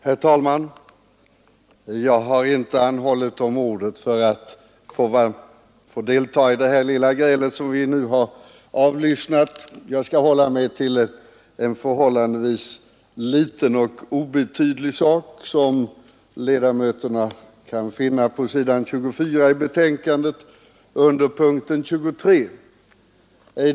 Herr talman! Jag har inte begärt ordet för att delta i det lilla gräl som vi nu har avlyssnat. Jag skall hålla mig till en förhållandevis liten och obetydlig fråga, som ledamöterna kan återfinna under punkten 23 i socialutskottets betänkande nr 5.